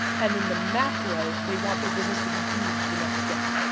and in the macro, they want their business to be huge the next day.